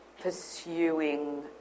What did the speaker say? pursuing